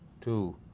two